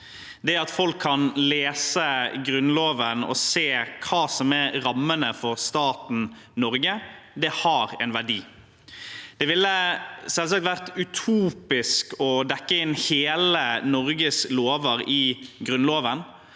Det at folk kan lese Grunnloven og se hva som er rammene for staten Norge, har en verdi. Det ville selvsagt vært utopisk å dekke alle Norges lover i Grunnloven,